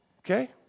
Okay